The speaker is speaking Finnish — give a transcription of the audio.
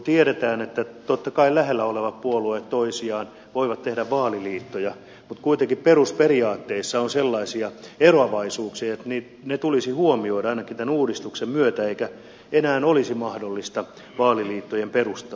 tiedetään että totta kai toisiaan lähellä olevat puolueet voivat tehdä vaaliliittoja mutta kuitenkin perusperiaatteissa on sellaisia eroavaisuuksia että ne tulisi huomioida ainakin tämän uudistuksen myötä eikä enää olisi mahdollisuutta vaaliliittojen perustamiselle